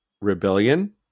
rebellion